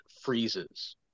freezes